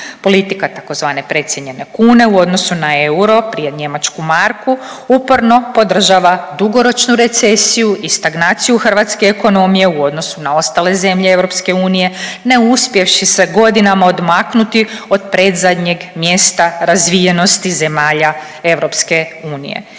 Politika tzv. precijenjene kune u odnosu na euro, prije njemačku marku, uporno podržava dugoročnu recesiju i stagnaciju hrvatske ekonomije u odnosu na ostale zemlje EU ne uspjevši se godinama odmaknuti od predzadnjeg mjesta razvijenosti zemalja EU.